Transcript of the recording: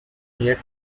yet